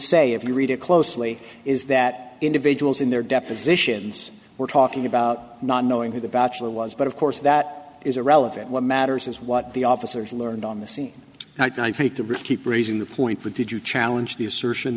say if you read it closely is that individuals in their depositions were talking about not knowing who the bachelor was but of course that is irrelevant what matters is what the officers learned on the scene to keep raising the point but did you challenge the assertion